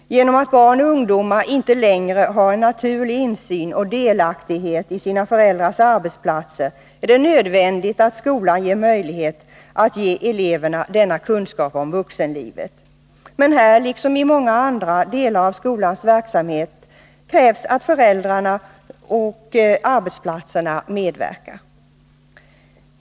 Genom att barn och ungdomar inte längre har naturlig insyn och delaktighet i sina föräldrars arbetsplatser är det nödvändigt att skolan får möjlighet att ge eleverna kunskap om vuxenlivet. Men här liksom i många andra delar av skolans verksamhet behövs föräldrarnas och arbetsplatsernas medverkan.